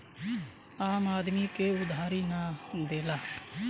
आम आदमी के उधारी ना देला